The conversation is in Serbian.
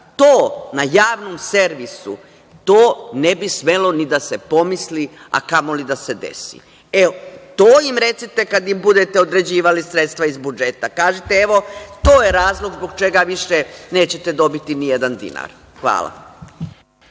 To na javnom servisu, to ne bi smelo ni da se pomisli, a kamoli da se desi. To im recite kada im budete određivali sredstva iz budžeta. Kažite – evo, to je razlog zbog čega više nećete dobiti ni jedan dinar. Hvala.